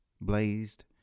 blazed